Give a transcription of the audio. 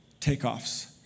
takeoffs